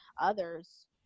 others